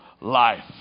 life